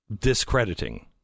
discrediting